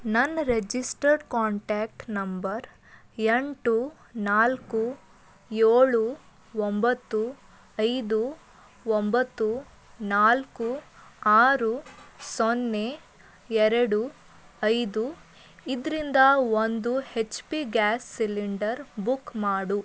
ನನ್ನ registered contact number ಎಂಟು ನಾಲ್ಕು ಏಳು ಒಂಬತ್ತು ಐದು ಒಂಬತ್ತು ನಾಲ್ಕು ಆರು ಸೊನ್ನೆ ಎರಡು ಐದು ಇದರಿಂದ ಒಂದು H P gas cylinder book ಮಾಡು